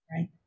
Right